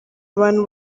abantu